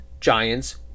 Giants